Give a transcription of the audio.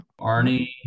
Arnie